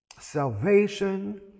Salvation